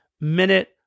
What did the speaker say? minute